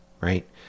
right